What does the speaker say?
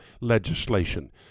legislation